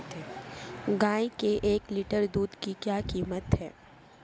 गाय के एक लीटर दूध की क्या कीमत है?